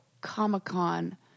Comic-Con